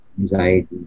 anxiety